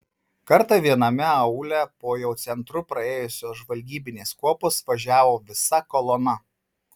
kartą viename aūle po jau centru praėjusios žvalgybinės kuopos važiavo visa kolona